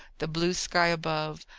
the blue sky above,